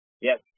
yes